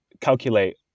calculate